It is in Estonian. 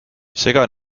sega